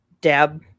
dab